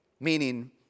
Meaning